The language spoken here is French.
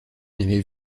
n’avait